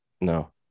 no